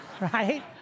right